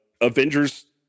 Avengers